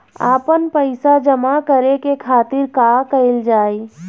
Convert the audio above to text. आपन पइसा जमा करे के खातिर का कइल जाइ?